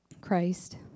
Christ